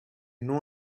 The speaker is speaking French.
non